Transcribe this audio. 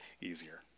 easier